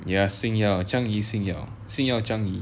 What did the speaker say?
ya 星耀 changi 星耀星耀 changi